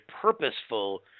purposeful